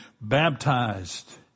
baptized